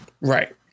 Right